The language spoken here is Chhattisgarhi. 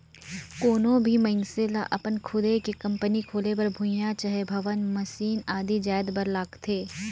कोनो भी मइनसे लअपन खुदे के कंपनी खोले बर भुंइयां चहे भवन, मसीन आदि जाएत बर लागथे